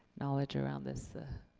knowledge around this